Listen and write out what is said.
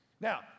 Now